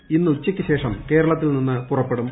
കൂടി ഇന്ന് ഉച്ചക്ക് ശേഷം കേരളത്തിൽ നിന്ന് പുറപ്പെടും